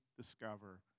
discover